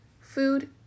food